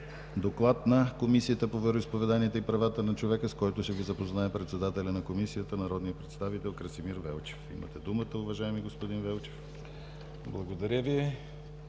Доклад на Комисията по вероизповеданията и правата на човека, с който ще Ви запознае председателят на Комисията – народният представител Красимир Велчев. Имате думата, уважаеми господин Велчев. ДОКЛАДЧИК